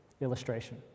illustration